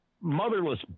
motherless